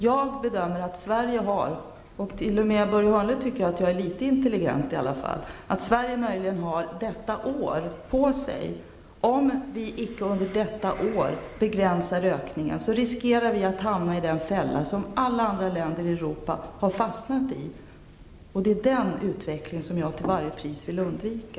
Jag bedömer -- och t.o.m. Börje Hörnlund tycker att jag är i alla fall litet intelligent -- att Sverige möjligen har detta år på sig. Om vi icke under detta år begränsar ökningen, riskerar vi att hamna i den fälla som alla andra länder i Europa har fastnat i. Det är den utvecklingen jag till varje pris vill undvika.